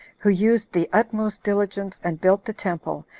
who used the utmost diligence, and built the temple,